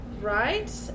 right